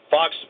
Fox